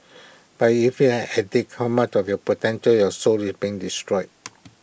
but if you're an addict how much of your potential your soul is being destroyed